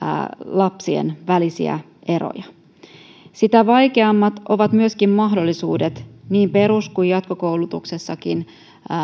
lapsien välisiä eroja sitä vaikeammat ovat myöskin mahdollisuudet niin perus kuin jatkokoulutuksessakin